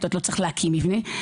לא צריך להקים מבנה,